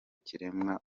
kiremwa